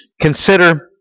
consider